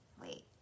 Wait